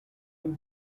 will